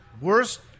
Worst